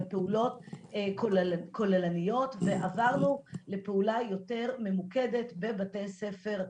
בפעולות כוללניות ועברנו משם לפעולה יותר ממוקדת בבתי ספר,